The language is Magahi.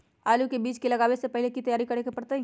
आलू के बीज के लगाबे से पहिले की की तैयारी करे के परतई?